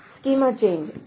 "schema change"